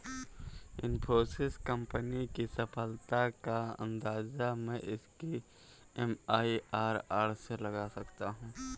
Infosys company की सफलता का अंदाजा मैं इसकी एम.आई.आर.आर से लगा सकता हूँ